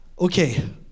Okay